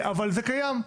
אבל זה קיים.